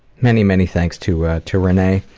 many, many thanks to ah to renee.